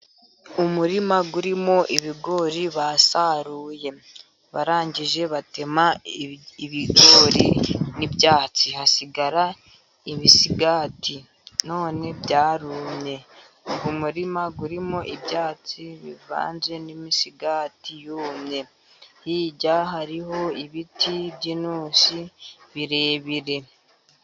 Umurima urimo ibigori basaruye barangije batema ibigori n'ibyatsi hasigara ibisigati none byarumye, uyu muririma urimo ibyatsi bivanze n'imisigati yumye hirya hariho ibiti by'intusi birebire.